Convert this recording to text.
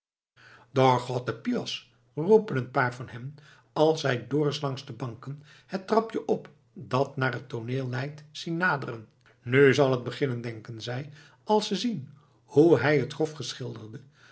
roepen een paar van hen als zij dorus langs de banken het trapje op dat naar het tooneel leidt zien naderen nu zal het beginnen denken zij als ze zien hoe hij het grof